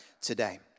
today